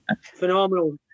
Phenomenal